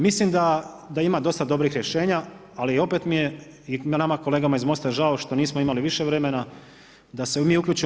Mislim da ima dosta dobrih rješenja ali opet mi je, nama kolegama iz MOST-a žao što nismo imali više vremena da se mi uključimo.